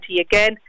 again